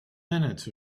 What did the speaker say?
minutes